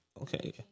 Okay